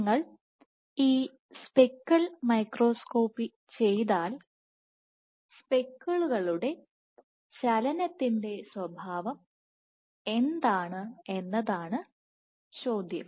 നിങ്ങൾ ഈ speckle microscopy ചെയ്താൽ സ്പെക്കിളുകളുടെ ചലനത്തിന്റെ സ്വഭാവം എന്താണ് എന്നതാണ് ചോദ്യം